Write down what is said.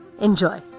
Enjoy